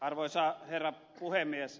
arvoisa herra puhemies